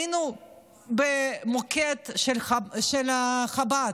היינו במוקד של חב"ד,